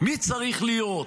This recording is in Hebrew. מי צריך להיות,